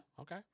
Okay